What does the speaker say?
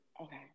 okay